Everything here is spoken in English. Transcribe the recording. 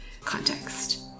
context